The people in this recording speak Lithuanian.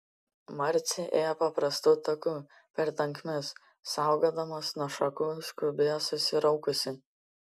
marcė ėjo paprastu taku per tankmes saugodamos nuo šakų skubėjo susiraukusi